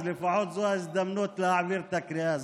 אז לפחות זו ההזדמנות להעביר את הקריאה הזאת.